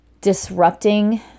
disrupting